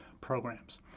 programs